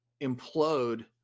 implode